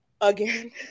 Again